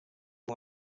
and